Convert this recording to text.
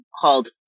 called